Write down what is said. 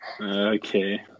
Okay